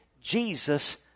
Jesus